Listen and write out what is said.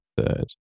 third